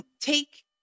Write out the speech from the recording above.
take